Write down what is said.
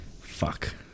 Fuck